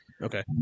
Okay